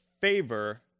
favor